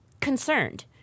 concerned